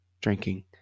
drinking